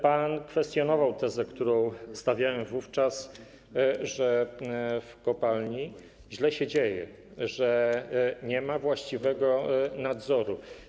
Pan kwestionował tezę, którą stawiałem wówczas, że w kopalni źle się dzieje, że nie ma właściwego nadzoru.